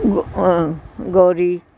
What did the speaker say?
ਗ ਗੌਰੀ